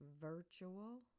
virtual